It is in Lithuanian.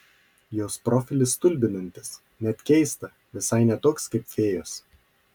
jos profilis stulbinantis net keista visai ne toks kaip fėjos